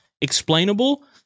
explainable